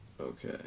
Okay